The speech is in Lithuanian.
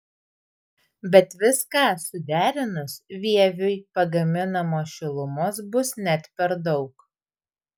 bet viską suderinus vieviui pagaminamos šilumos bus net per daug